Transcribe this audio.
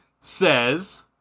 says